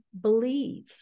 believe